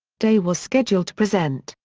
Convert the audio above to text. day was scheduled to present,